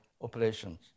operations